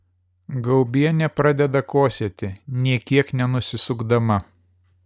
gaubienė pradeda kosėti nė kiek nenusisukdama